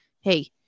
hey